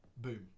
Boom